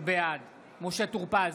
בעד משה טור פז,